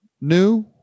new